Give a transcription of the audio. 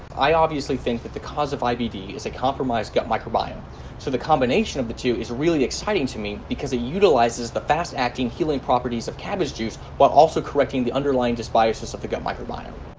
i obviously think that the cause of ibd is a compromised gut microbiome so the combination of the two is really exciting to me because it ah utilizes the fast-acting healing properties of cabbage juice while also correcting the underlying dysbiosis of the gut microbiome.